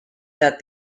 that